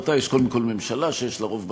רבותי, יש קודם כול ממשלה, שיש לה רוב בכנסת,